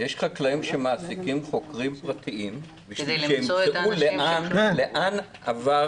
יש חקלאים שמעסיקים חוקרים פרטיים כדי למצוא לאן עבר